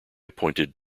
appointed